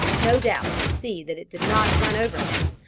no doubt to see that it did not run over him,